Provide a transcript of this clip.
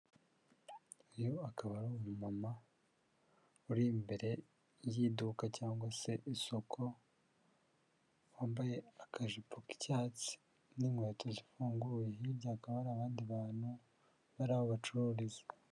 Uyu akaba ari umumama uri imbere y'iduka cyangwa se isoko, wambaye akajipo k'icyatsi n'inkweto zifunguye. Hirya hakaba hari abandi bantu bari aho bacururiza.